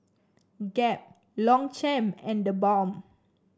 Gap Longchamp and TheBalm